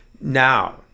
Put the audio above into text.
Now